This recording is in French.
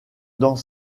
dans